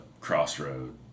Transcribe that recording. crossroad